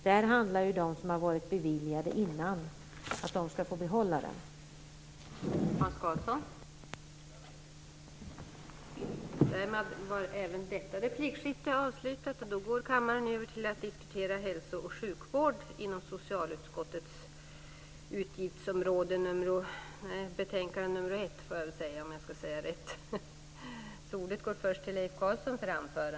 Det handlar här alltså om dem som före 65 årsdagen beviljats personlig assistans. De skall få behålla densamma.